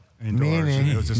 Meaning